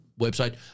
website